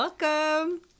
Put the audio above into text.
Welcome